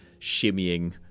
shimmying